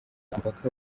umupaka